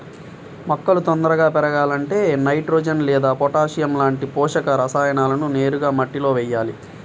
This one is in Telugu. మొక్కలు తొందరగా పెరగాలంటే నైట్రోజెన్ లేదా పొటాషియం లాంటి పోషక రసాయనాలను నేరుగా మట్టిలో వెయ్యాలి